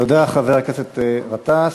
תודה, חבר הכנסת גטאס.